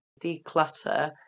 declutter